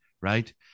right